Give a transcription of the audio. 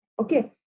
Okay